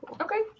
Okay